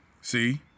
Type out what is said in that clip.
See